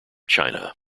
china